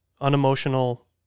unemotional